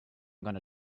gonna